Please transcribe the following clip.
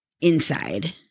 inside